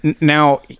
Now